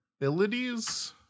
abilities